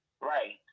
right